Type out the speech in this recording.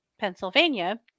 Pennsylvania